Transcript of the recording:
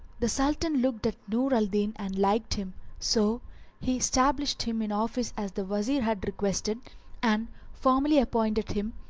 the sultan looked at nur al-din and liked him, so he stablished him in office as the wazir had requested and formally appointed him,